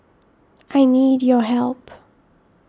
I need your help